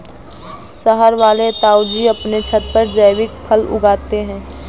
शहर वाले ताऊजी अपने छत पर जैविक फल उगाते हैं